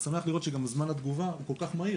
ושמח לראות שגם זמן התגובה הוא כל כך מהיר.